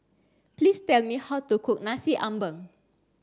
please tell me how to cook Nasi Ambeng